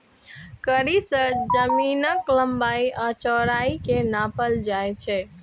कड़ी सं जमीनक लंबाइ आ चौड़ाइ कें नापल जाइ छै